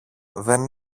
δεν